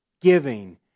giving